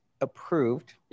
approved